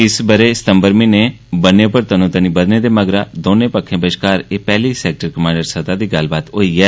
इस ब'रे दिसंबर म्हीनें ब'न्ने उप्पर तनोतनी बधने दे मगरा दौने पक्खें बश्कार एह पैहली सैक्टर कमांडर स्तह दी गल्लबात होई ऐ